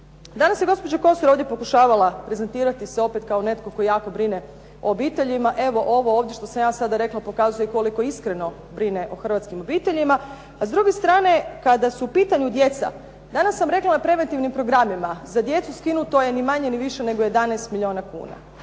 Danas je gospođa Kosor ovdje pokušavala prezentirati se opet kao netko tko jako brine o obiteljima. Evo, ovo ovdje što sam ja sada rekla pokazuje koliko iskreno brine o hrvatskim obiteljima. A s druge strane, kada su u pitanju djeca danas sam rekla na preventivnim programima za djecu skinuto je ni manje ni više nego 11 milijuna kuna.